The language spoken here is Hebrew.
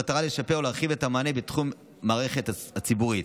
במטרה לשפר ולהרחיב את המענה בתחום המערכת הציבורית.